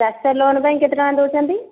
Tata loan ପାଇଁ କେତେ ଟଙ୍କା ଦଉଛନ୍ତି